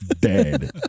Dead